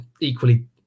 equally